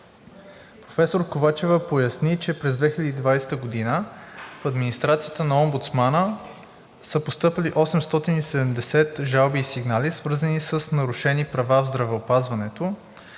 Професор Ковачева поясни, че през 2020 г. в администрацията на омбудсмана са постъпили 870 жалби и сигнали, свързани с нарушени права в здравеопазването,